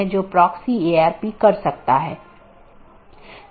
जब ऐसा होता है तो त्रुटि सूचना भेज दी जाती है